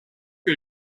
que